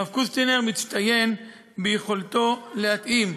הרב קוסטינר מצטיין ביכולתו להתאים,